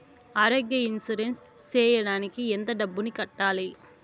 ఆరోగ్య ఇన్సూరెన్సు సేయడానికి ఎంత డబ్బుని కట్టాలి?